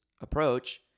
approach—